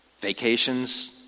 vacations